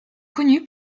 connu